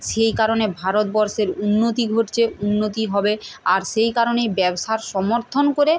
সেই কারণে ভারতবর্ষের উন্নতি ঘটছে উন্নতি হবে আর সেই কারণেই ব্যবসার সমর্থন করে